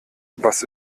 was